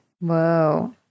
Whoa